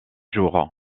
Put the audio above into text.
jour